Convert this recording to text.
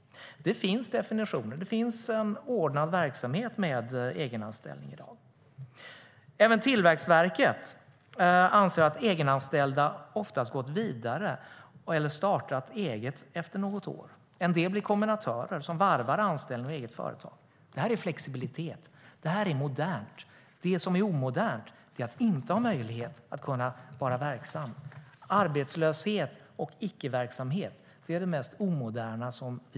Det finns definitioner. Det finns en ordnad verksamhet med egenanställning i dag. Även Tillväxtverket anser att egenanställda oftast gått vidare och startat eget efter något år. En del blir kombinatörer, som varvar anställning med eget företagande. Detta är flexibilitet. Det är modernt. Det som är omodernt är att inte ha möjlighet att vara verksam. Arbetslöshet och icke-verksamhet är det mest omoderna som existerar.